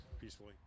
peacefully